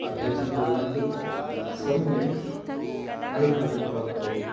अभ्यासं कुर्वन्ति सम्यक् अनुभूतिं प्राप्नोति